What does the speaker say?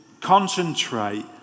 concentrate